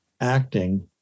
acting